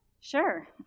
Sure